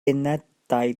unedau